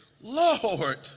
Lord